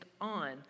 on